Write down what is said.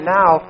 now